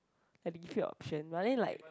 like they give you option but then like